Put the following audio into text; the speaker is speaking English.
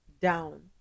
down